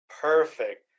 perfect